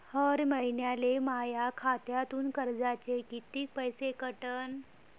हर महिन्याले माह्या खात्यातून कर्जाचे कितीक पैसे कटन?